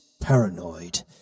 paranoid